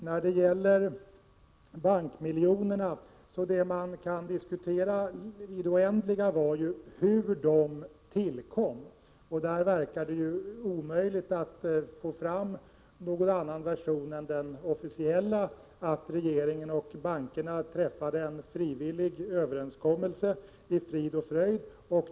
När det gäller bankmiljonerna kan vi i det oändliga diskutera hur de tillkom, men det verkar omöjligt att få fram någon annan version än den officiella, nämligen att regeringen och bankerna träffade en frivillig överenskommelse i frid och fröjd.